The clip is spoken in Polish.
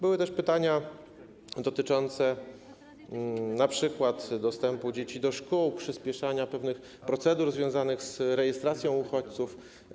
Były też pytania dotyczące np. dostępu dzieci do szkół, przyspieszania pewnych procedur związanych z rejestracją uchodźców.